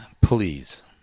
please